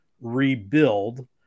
rebuild